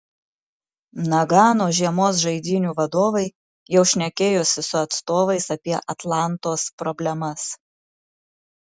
nagano žiemos žaidynių vadovai jau šnekėjosi su atstovais apie atlantos problemas